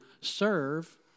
serve